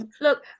Look